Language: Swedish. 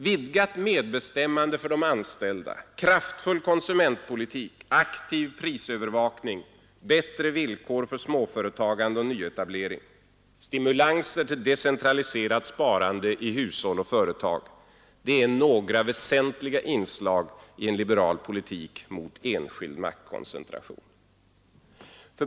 Vidgat medbestämmande för de anställda, kraftfull konsumentpolitik, Nr 98 aktiv prisövervakning, bättre villkor för småföretagande och nyetablering, Torsdagen den stimulanser till decentraliserat sparande i hushåll och företag — det är 24 maj 1973 några väsentliga inslag i en liberal politik mot enskild maktkoncentration.